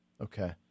Okay